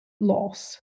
loss